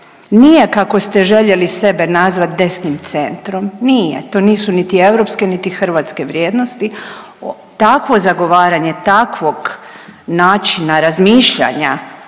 nije kako ste željeli sebe nazvat desnim centrom, nije, to nisu niti europske niti hrvatske vrijednosti. Takvo zagovaranje, takvog načina razmišljanja